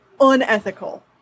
unethical